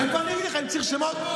תן שמות.